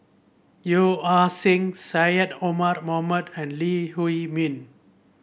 Yeo Ah Seng Syed Omar Mohamed and Lee Huei Min